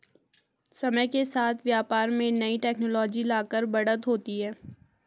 समय के साथ व्यापार में नई टेक्नोलॉजी लाकर बढ़त होती है